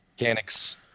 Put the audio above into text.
mechanics